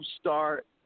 start